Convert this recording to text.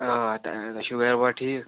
آ تۄہہِ چھِوا گرٕ بار ٹھیٖک